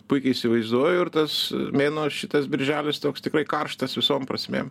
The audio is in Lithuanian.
puikiai įsivaizduoju ir tas mėnuo šitas birželis toks tikrai karštas visom prasmėm